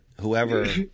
Whoever